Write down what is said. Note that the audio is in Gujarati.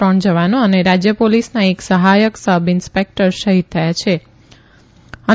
ત્રણ જવાનો અને રાજય ોલીસના એક સહાયક સબ ઇન્સો કટર શહીદ થયા હિ